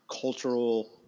cultural